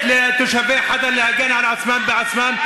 לתת לתושבי חאדר להגן על עצמם בעצמם.